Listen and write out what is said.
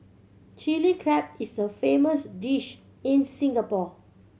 Chilli Crab is a famous dish in Singapore